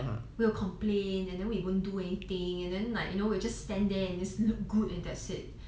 we'll complain and then we wouldn't do anything and then like you know we'll just stand there and just look good and that's it